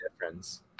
difference